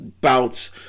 bouts